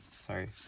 sorry